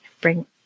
bring